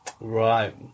Right